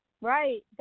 Right